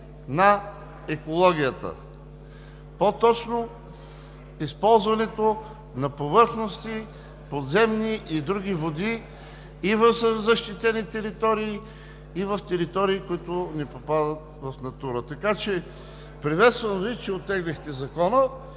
на екологията – по-точно използването на повърхностни, подземни и други води в защитени територии, и в територии, които не попадат в „Натура 2000“. Приветствам Ви, че оттеглихте Закона.